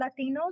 Latinos